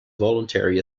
voluntary